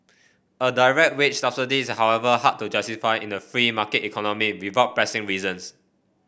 a direct wage subsidy is however hard to justify in a free market economy without pressing reasons